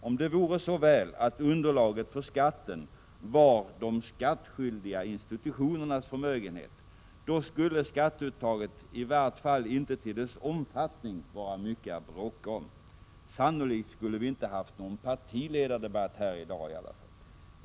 Om det vore så väl att underlaget för skatten var de ”skattskyldiga institutionernas förmögenhet”, då skulle skatteuttaget i vart fall inte till sin omfattning vara mycket att bråka om. Sannolikt skulle vi inte ha haft någon partiledardebatt här i dag.